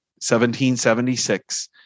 1776